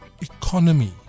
economy